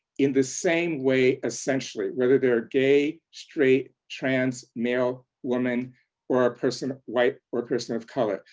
in the same way, essentially, whether they're gay, straight, trans male woman or a person white or a person of color,